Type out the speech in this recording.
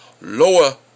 lower